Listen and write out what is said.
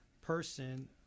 person